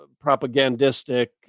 propagandistic